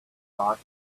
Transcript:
thought